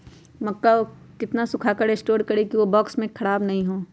मक्का को कितना सूखा कर स्टोर करें की ओ बॉक्स में ख़राब नहीं हो?